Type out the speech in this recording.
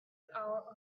hour